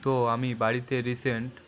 তো আমি বাড়িতে রিসেন্ট